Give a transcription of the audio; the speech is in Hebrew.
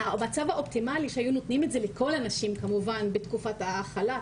המצב האופטימלי שהיו נותנים את זה לכל הנשים כמובן בתקופת החל"ת,